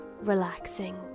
relaxing